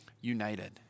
united